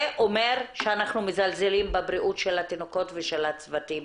זה אומר שאנחנו מזלזלים בבריאות של התינוקות ושל הצוותים.